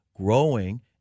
Growing